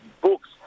books